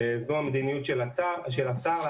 זו המדיניות של השר,